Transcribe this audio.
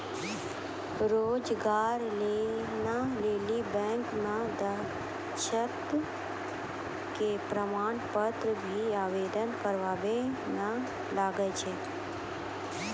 रोजगार लोन लेली बैंक मे दक्षता के प्रमाण पत्र भी आवेदन करबाबै मे लागै छै?